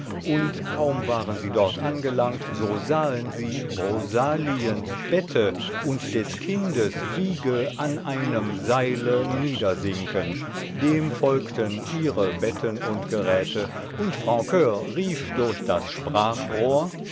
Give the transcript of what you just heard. und kaum waren sie dort angelangt so sahen sie rosaliens bette und des kindes wiege an einem seile niedersinken dem folgten ihre betten und geräte und francur rief durch das sprachrohr